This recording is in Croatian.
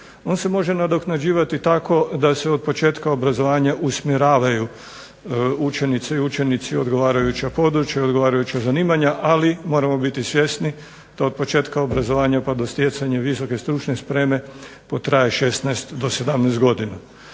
On se može nadoknađivati tako da se od početka obrazovanja usmjeravaju učenici, učenici odgovarajuća područja, odgovarajuća zanimanja, ali moramo biti svjesni od početka obrazovanja pa do stjecanja visoke stručne spreme potraje od 16 do 17 godina.